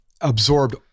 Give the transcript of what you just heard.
Absorbed